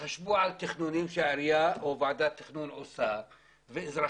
ותחשבו על תכנונים שהעירייה או ועדת התכנון עושה ואזרחים